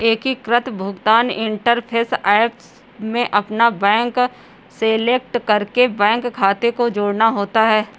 एकीकृत भुगतान interface app में अपना बैंक सेलेक्ट करके बैंक खाते को जोड़ना होता है